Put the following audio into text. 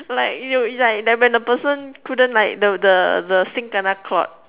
like you like when the person couldn't like the the the sink kena clog